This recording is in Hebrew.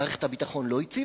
מערכת הביטחון לא הציבה?